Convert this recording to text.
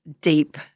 deep